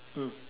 mm